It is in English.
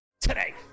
Today